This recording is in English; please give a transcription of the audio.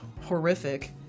horrific